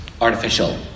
artificial